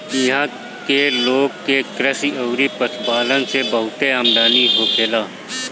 इहां के लोग के कृषि अउरी पशुपालन से बहुते आमदनी होखेला